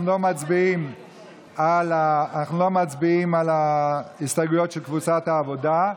אנחנו לא מצביעים על ההסתייגויות של קבוצת העבודה.